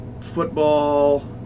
football